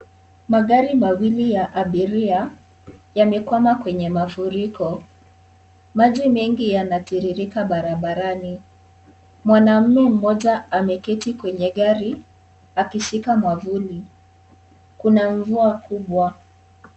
Magari mawili ya abiria yamekwama kwenye mafuriko. Maji mengi yanatiririka barabarani. Mwanaume mmoja ameketi kwenye gari akishika mwavuli. Kuna mvua kubwa.